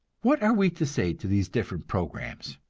what are we to say to these different programs?